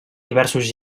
diversos